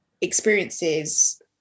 experiences